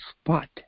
spot